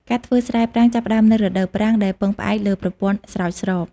ការធ្វើស្រែប្រាំងចាប់ផ្តើមនៅ រដូវប្រាំង ដែលពឹងផ្អែកលើប្រព័ន្ធស្រោចស្រព។